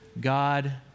God